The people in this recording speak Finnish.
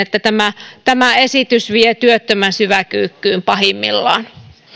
tämä tämä esitys vie työttömän syväkyykkyyn pahimmillaan